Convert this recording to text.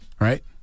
right